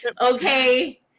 okay